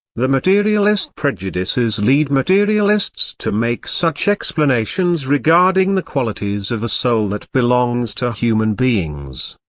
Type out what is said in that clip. the materialist prejudices lead materialists to make such explanations regarding the qualities of a soul that belongs to human beings.